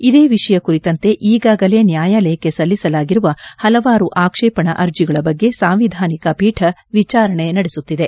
ಇದೇ ವಿಷಯ ಕುರಿತಂತೆ ಈಗಾಗಲೇ ನ್ನಾಯಾಲಯಕ್ಷೆ ಸಲ್ಲಿಸಲಾಗಿರುವ ಹಲವಾರು ಆಕ್ಷೇಪಣಾ ಅರ್ಜಿಗಳ ಬಗ್ಗೆ ಸಾಂವಿಧಾನಿಕ ಪೀಠ ವಿಚಾರಣೆ ನಡೆಸುತ್ತಿದೆ